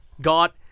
got